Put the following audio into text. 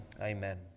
amen